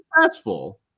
successful